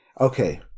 Okay